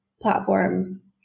platforms